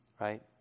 right